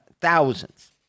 thousands